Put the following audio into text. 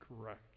correct